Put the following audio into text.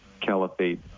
Caliphate